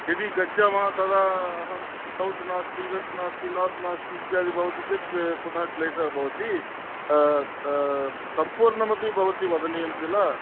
यदि गच्छामः तदा सौत् नास्ति वेस्ट् नास्ति नार्त् नास्ति इत्यादि भवति चेत् पुनः क्लेशः भवति सम्पूर्णमपि भवती वदनीयं खिल